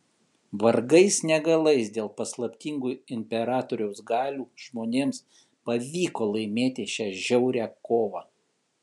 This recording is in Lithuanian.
vargais negalais dėl paslaptingų imperatoriaus galių žmonėms pavyko laimėti šią žiaurią kovą